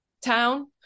town